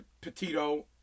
Petito